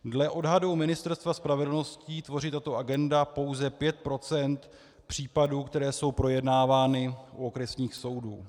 Dle odhadu Ministerstva spravedlnosti tvoří tato agenda pouze 5 % případů, které jsou projednávány u okresních soudů.